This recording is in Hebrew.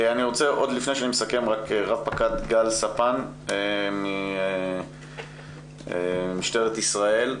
לפני שאני מסכם, רב פקד גל ספן ממשטרת ישראל.